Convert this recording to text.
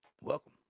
welcome